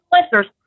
Listeners